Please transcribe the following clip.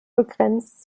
begrenzt